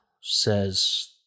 says